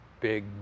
big